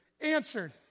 answered